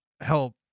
help